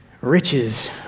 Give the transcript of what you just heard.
riches